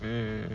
err